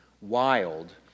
wild